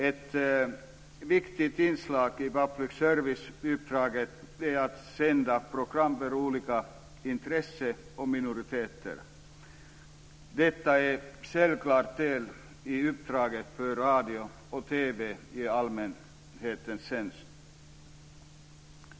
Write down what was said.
Ett viktigt inslag i public service-uppdraget är att sända program för olika intressen och minoriteter. Detta är en självklar del i uppdraget för radio och TV i allmänhetens tjänst.